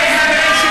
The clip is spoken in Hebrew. זה לא נכון.